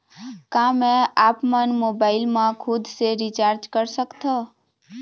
का मैं आपमन मोबाइल मा खुद से रिचार्ज कर सकथों?